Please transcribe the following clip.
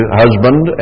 husband